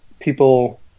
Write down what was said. people